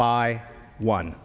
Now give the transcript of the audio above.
by one